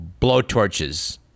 blowtorches